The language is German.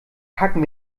packen